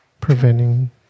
preventing